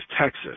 Texas